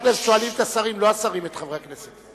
שואלים את השרים, ולא השרים את חברי הכנסת.